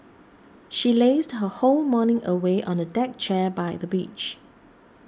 she lazed her whole morning away on the deck chair by the beach